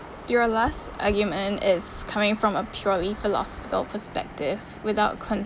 your last argument is coming from a purely philosophical perspective without considering